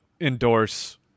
endorse